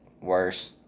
worse